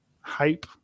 hype